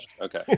Okay